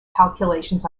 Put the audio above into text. calculations